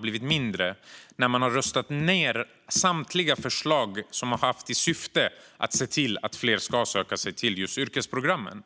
blivit mindre när de har röstat ned samtliga förslag som har haft till syfte att få fler att söka sig till just dessa program.